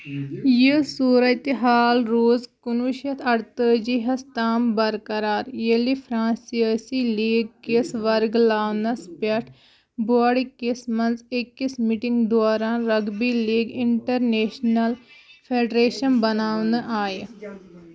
یہِ صوٗرتہِ حال روٗز کُنہٕ وُہ شیٚتھ اَرتٲجی ہس تام برقرار ییٚلہِ فرانسِیٲسی لیٖگ کِس ورگلاونَس پٮ۪ٹھ بوڈکِس منٛز أکِس مِٹنگ دوران رگبی لیٖگ اِنٹرنیشنل فیڈریشن بناونہٕ آیہِ